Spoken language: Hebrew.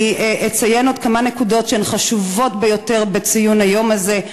אני אציין עוד כמה נקודות שהן חשובות ביותר בציון היום הזה,